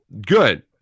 good